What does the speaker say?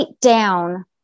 down